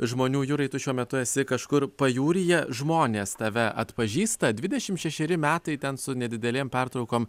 žmonių jurai tu šiuo metu esi kažkur pajūryje žmonės tave atpažįsta dvidešimt šešeri metai ten su nedidelėm pertraukom